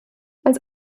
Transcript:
als